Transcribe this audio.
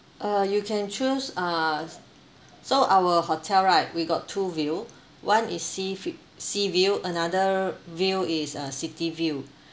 uh you can choose uh s~ so our hotel right we got two view one is sea vi~ seaview another view is uh city view